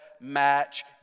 match